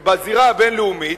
בזירה הבין-לאומית.